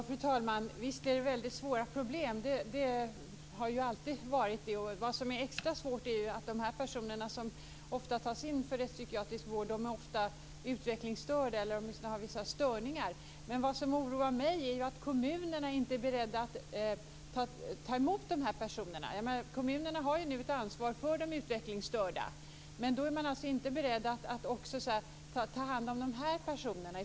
Fru talman! Visst är det väldigt svåra problem. Det har alltid varit det. Vad som är extra svårt är att de personer som tas in för rättspsykiatrisk vård ofta är utvecklingsstörda eller har åtminstone vissa störningar. Vad som oroar mig är att kommunerna inte är beredda att ta emot dessa personer. Kommunerna har nu ett ansvar för de utvecklingsstörda, men man är inte beredd att också ta hand om dessa personer.